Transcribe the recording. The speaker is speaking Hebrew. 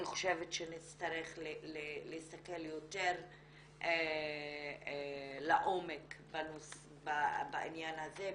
אני חושבת שנצטרך להסתכל יותר לעומק בעניין הזה,